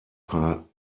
paar